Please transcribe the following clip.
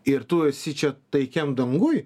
ir tu esi čia taikiam danguj